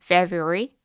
February